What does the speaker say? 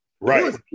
right